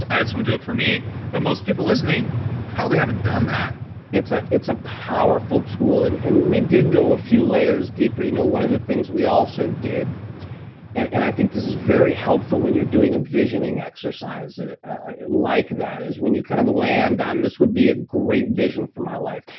i had someone do it for me, but most people listening probably haven't done that it's a it's a powerful tool. and and we did go a few layers deeply. you know one of the things we also did it and i think this is very helpful when you're doing a visioning exercise like that is when you kind of land on this would be a great vision for my life.